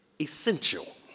essential